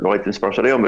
לא ראיתי את המספר של היום,